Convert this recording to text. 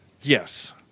yes